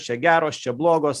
čia geros čia blogos